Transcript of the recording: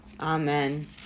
Amen